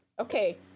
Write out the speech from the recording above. Okay